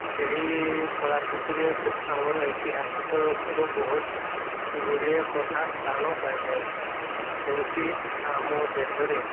ସେହି କଳାକୃତିରେ ଆମର ଐତିହାସିକର ବହୁତ ଗୁଡ଼ିଏ କଥା ସ୍ଥାନ ପାଇଥାଏ ସେମିତି ଆମ ଦେଶରେ